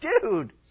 dude